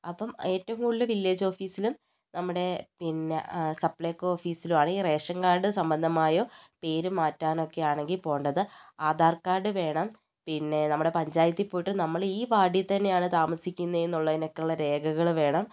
അപ്പം ഏറ്റവും കൂടുതൽ വില്ലേജ് ഓഫീസിലും നമ്മുടെ പിന്നെ സപ്ലൈകോ ഓഫീസിലും ആണ് ഈ റേഷൻ കാർഡ് സംബന്ധമായ പേരുമാറ്റാൻ ഒക്കെ ആണെങ്കിൽ പോകേണ്ടത് ആധാർ കാർഡ് വേണം പിന്നെ നമ്മുടെ പഞ്ചായത്തിൽ പോയിട്ട് നമ്മൾ ഈ വാർഡിൽ തന്നെയാണ് താമസിക്കുന്നത് ഉള്ളതിനൊക്കെയുള്ള രേഖകൾ വേണം